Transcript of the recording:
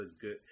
good